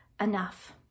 enough